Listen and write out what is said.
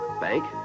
bank